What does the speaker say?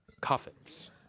coffins